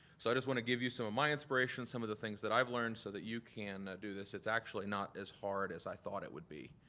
so i just wanna give you some of my inspiration, some of the things that i've learned so that you can do this. it's actually not as hard as i thought it would be.